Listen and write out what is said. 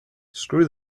screw